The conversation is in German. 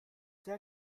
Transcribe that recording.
sehr